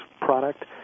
product